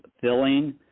filling